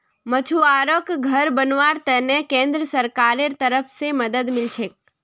मछुवाराक घर बनव्वार त न केंद्र सरकारेर तरफ स मदद मिल छेक